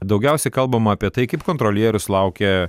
daugiausia kalbama apie tai kaip kontrolierius laukia